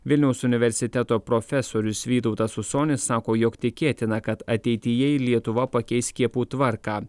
vilniaus universiteto profesorius vytautas usonis sako jog tikėtina kad ateityje ir lietuva pakeis skiepų tvarką